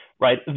right